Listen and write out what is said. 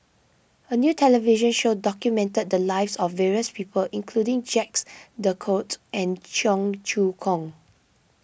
a new television show documented the lives of various people including Jacques De Coutre and Cheong Choong Kong